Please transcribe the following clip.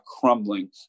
crumbling